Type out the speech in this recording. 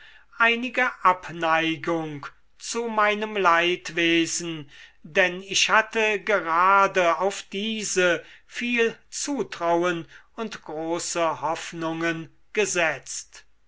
einige abneigung zu meinem leidwesen denn ich hatte gerade auf diese viel zutrauen und große hoffnungen gesetzt